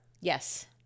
Yes